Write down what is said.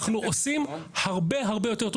אנחנו עושים הרבה הרבה יותר,